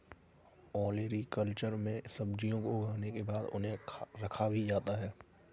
olericulture में सब्जियों को उगाने के बाद उन्हें रखा भी जाता है